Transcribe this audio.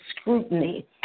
scrutiny